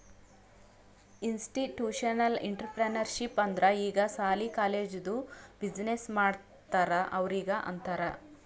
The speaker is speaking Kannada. ಇನ್ಸ್ಟಿಟ್ಯೂಷನಲ್ ಇಂಟ್ರಪ್ರಿನರ್ಶಿಪ್ ಅಂದುರ್ ಈಗ ಸಾಲಿ, ಕಾಲೇಜ್ದು ಬಿಸಿನ್ನೆಸ್ ಮಾಡ್ತಾರ ಅವ್ರಿಗ ಅಂತಾರ್